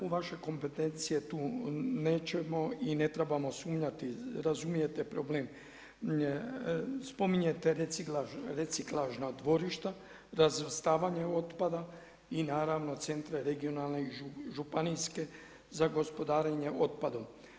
U vaše kompetencije tu nećemo i ne trebamo sumnjati, razumijete problem. spominjete reciklažna dvorišta, razvrstavanje otpada i naravno centre regionalne i županijske za gospodarenje otpadom.